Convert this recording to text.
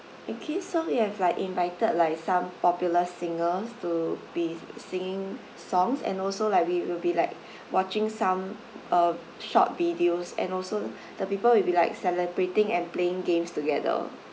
okay so we have like invited like some popular singers to be singing songs and also like we will be like watching some uh short videos and also the people will be like celebrating and playing games together